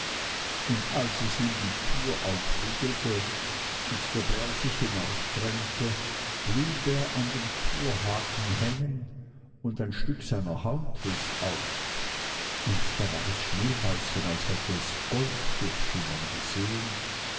und als es ihm die türe aufriegelte und der bär sich hinausdrängte blieb er an dem türhaken hängen und ein stück seiner haut riß auf und da war es schneeweißchen als hätte es gold durchschimmern gesehen